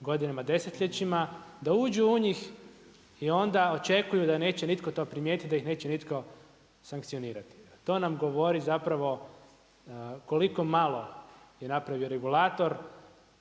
godinama, desetljećima, da uđu u njih i onda očekuju da neće nitko to primijetiti, da ih neće nitko sankcionirati. TO nam govori zapravo koliko malo je napravio regulator